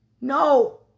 No